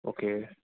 okay